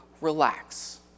relax